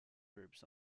groups